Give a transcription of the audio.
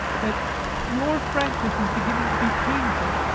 that your frankness is beginning to be painful?